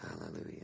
hallelujah